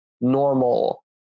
normal